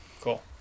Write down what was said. cool